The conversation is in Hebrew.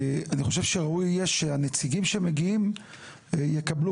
אני חושב שראוי שהנציגים שמגיעים יקבלו